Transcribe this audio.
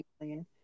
million